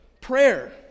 Prayer